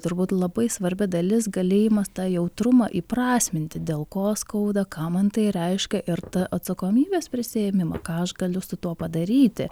turbūt labai svarbi dalis galėjimas tą jautrumą įprasminti dėl ko skauda ką man tai reiškia ir tą atsakomybės prisiėmimą ką aš galiu su tuo padaryti